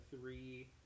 three